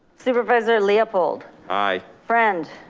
supervisor leopold. aye. friend.